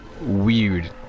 weird